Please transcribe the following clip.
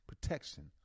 protection